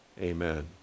amen